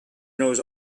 knows